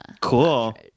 Cool